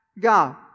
God